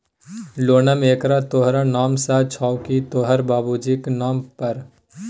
लोनक एकरार तोहर नाम सँ छौ की तोहर बाबुजीक नाम पर